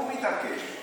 הוא מתעקש.